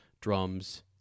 drums